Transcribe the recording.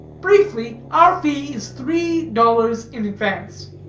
briefly, our fee is three dollars in advance.